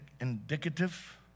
indicative